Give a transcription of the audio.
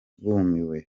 bumiwe